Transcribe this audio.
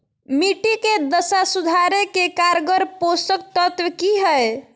मिट्टी के दशा सुधारे के कारगर पोषक तत्व की है?